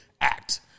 act